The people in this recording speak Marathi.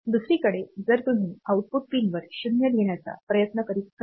दुसरीकडे जर् तुम्ही आउटपुट पिनवर 0 लिहिण्याचा प्रयत्न करीत असाल